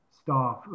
staff